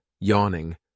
yawning